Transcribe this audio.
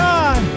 God